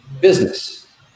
business